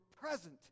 present